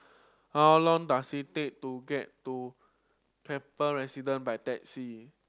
how long does it take to get to Kaplan Residence by taxi